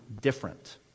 different